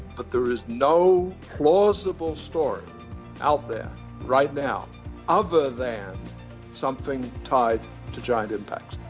but there is no plausible story out there right now other than something tied to giant impacts.